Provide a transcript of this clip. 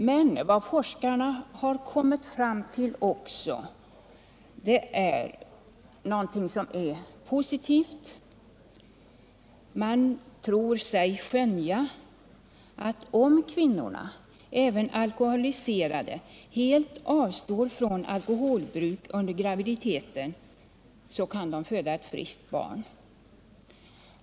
Men forskarna har också kommit fram till någonting positivt. Man tror sig kunna skönja att om kvinnorna, även alkoholiserade, helt avstår från alkoholbruk under graviditeten, så kan det barn som föds vara friskt.